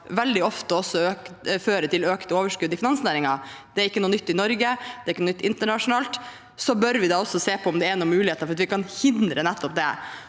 veldig ofte også fører til økte overskudd i finansnæringen – det er ikke noe nytt i Norge eller internasjonalt – bør vi også se på om det er muligheter for at vi kan hindre nettopp det,